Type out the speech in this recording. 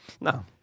No